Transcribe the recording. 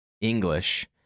English